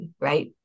right